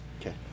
Okay